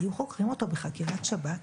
היו חוקרים אותו בחקירת שב"כ?